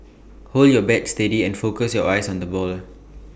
hold your bat steady and focus your eyes on the ball